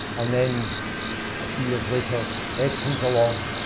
and then a few years later ed comes along.